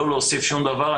לא להוסיף שום דבר.